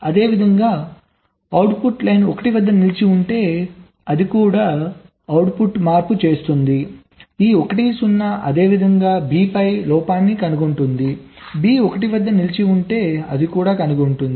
అదేవిధంగా output line 1 వద్ద నిలిచి ఉంటే అది కూడా అవుట్పుట్ మార్పు చేస్తుంది ఈ 1 0 అదేవిధంగా B పై లోపాన్ని కనుగొంటుంది B 1 వద్ద నిలిచి ఉంటే అది కనుగొంటుంది